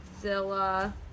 zilla